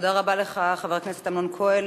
תודה רבה לך, חבר הכנסת אמנון כהן.